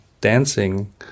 dancing